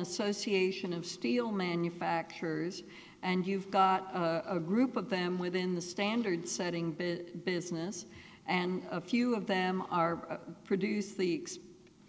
association of steel manufacturers and you've got a group of them within the standard setting big business and a few of them are produce the